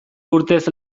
urtez